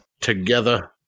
together